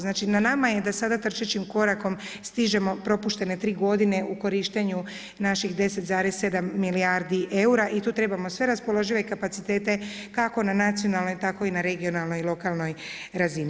Znači, na nama je da sada trčećim korakom stižemo propuštene tri godine u korištenju naših 10,7 milijardi eura i tu trebamo sve raspoložive kapacitete kako na nacionalnoj tako na regionalnoj i lokalnoj razini.